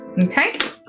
Okay